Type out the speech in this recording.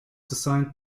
designed